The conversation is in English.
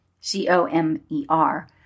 C-O-M-E-R